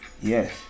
Yes